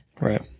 Right